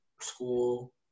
school